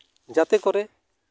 ᱡᱟᱛᱮ ᱠᱚᱨᱮ